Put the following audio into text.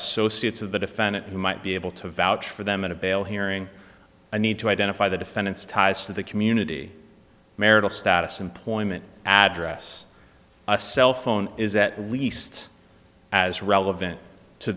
associates of the defendant who might be able to vouch for them in a bail hearing i need to identify the defendant's ties to the community marital status employment address a cell phone is that we leased as relevant to